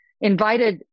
Invited